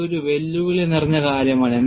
ഇതൊരു വെല്ലുവിളി നിറഞ്ഞ കാര്യമാണ്